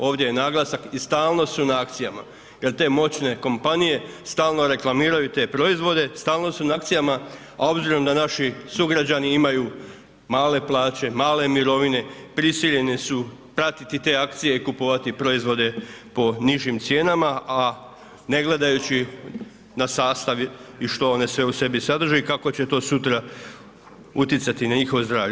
Ovdje je naglasak i stalno su na akcijama jer te moćne kompanije stalno reklamiraju te proizvode, stalno su na akcijama a obzirom da naši sugrađani imaju male plaće, male mirovine, prisiljeni su pratiti te akcije i kupovati proizvode po nižim cijenama a ne gledajući na sastav i što one sve u sebi sadrže i kako će to sutra utjecati na njihovo zdravlje.